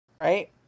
right